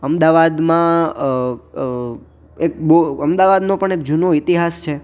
અમદાવાદમાં એક અમદાવાદનો પણ એક જૂનો ઇતિહાસ છે